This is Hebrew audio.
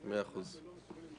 שהכסף לא נוצל.